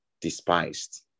despised